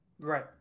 Right